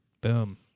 Boom